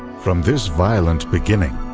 from this violent beginning,